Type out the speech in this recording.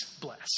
bless